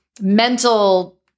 mental